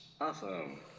Awesome